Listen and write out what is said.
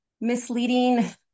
misleading